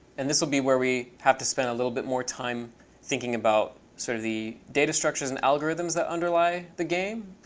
and this will be where we have to spend a little bit more time thinking about sort of the data structures and algorithms that underlie the game.